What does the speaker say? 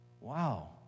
Wow